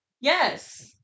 yes